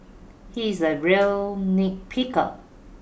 he is a real nitpicker